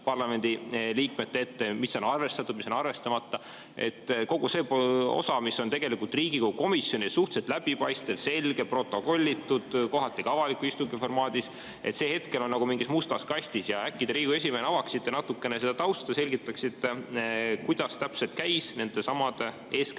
parlamendiliikmete ette, mis on arvestatud, mis on arvestamata? Kogu see osa, mis on Riigikogu komisjonis suhteliselt läbipaistev, selge, protokollitud, kohati ka avaliku istungi formaadis, on hetkel nagu mingis mustas kastis. Äkki te Riigikogu esimehena avaksite natukene seda tausta ja selgitaksite, kuidas täpselt käis nendesamade, eeskätt